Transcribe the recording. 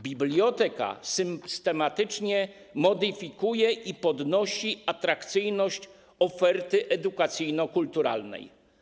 Biblioteka systematycznie modyfikuje i podnosi atrakcyjność oferty edukacyjno-kulturalnej.